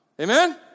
Amen